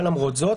לעומת זאת,